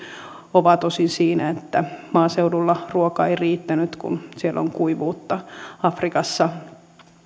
ovat osin siinä että maaseudulla ruoka ei riittänyt kun siellä on kuivuutta afrikassa